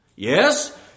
Yes